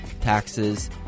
taxes